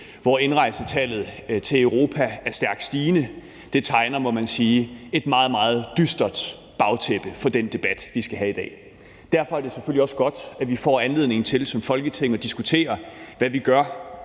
hvor indrejsetallet til Europa er stærkt stigende. Det tegner et, må man sige, meget, meget dystert bagtæppe for den debat, vi skal have i dag. Derfor er det selvfølgelig også godt, at vi får anledningen til som Folketing at diskutere, hvad vi gør